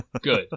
good